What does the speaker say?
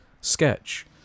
Sketch